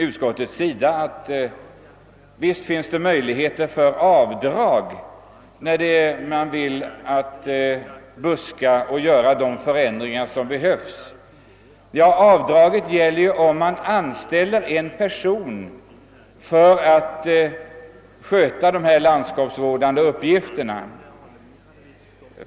Utskottet uttalar att en markägare redan enligt nuvarande bestämmelser är berättigad till avdrag för de kostnader han nedlägger på buskbekämpning och andra för landskapsvården behövliga åtgärder.